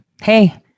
hey